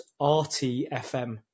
RTFM